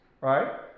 Right